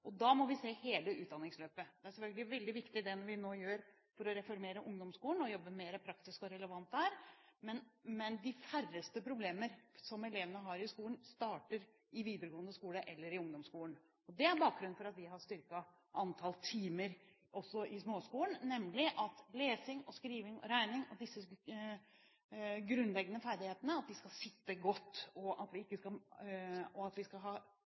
Da må vi se hele på utdanningsløpet. Selvfølgelig er det veldig viktig det vi nå gjør for å reformere ungdomsskolen og jobbe mer praktisk og relevant der, men de færreste problemer som elevene har i skolen, starter i videregående skole eller i ungdomsskolen. Det er bakgrunnen for at vi har styrket antallet timer også i småskolen, nemlig at lesing, skriving og regning – disse grunnleggende ferdighetene – skal sitte godt, at vi skal ha omfattende innsats tidlig, og at elevene skal